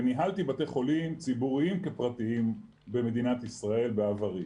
וניהלתי בתי חולים ציבוריים כפרטיים במדינת ישראל בעברי.